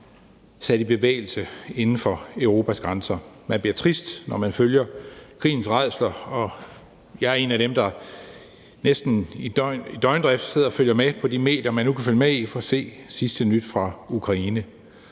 sat i bevægelse inden for Europas grænser. Man bliver trist, når man følger krigens rædsler, og jeg er en af dem, der næsten i døgndrift sidder og følger med på de medier, man nu kan følge med i, for at se sidste nyt fra Ukraine,